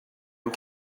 and